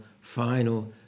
final